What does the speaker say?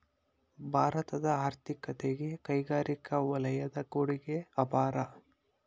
ಭಾರತದ ಆರ್ಥಿಕತೆಗೆ ಕೈಗಾರಿಕಾ ವಲಯದ ಕೊಡುಗೆ ಅಪಾರ